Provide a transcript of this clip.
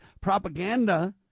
propaganda